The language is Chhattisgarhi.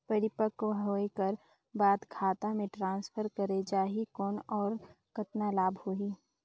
परिपक्व होय कर बाद खाता मे ट्रांसफर करे जा ही कौन और कतना लाभ होही?